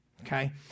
okay